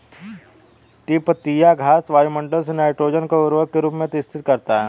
तिपतिया घास वायुमंडल से नाइट्रोजन को उर्वरक के रूप में स्थिर करता है